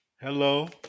Hello